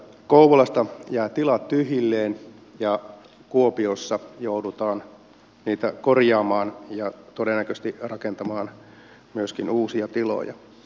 kouvolasta jäävät tilat tyhjilleen ja kuopiossa joudutaan niitä korjaamaan ja todennäköisesti rakentamaan myöskin uusia tiloja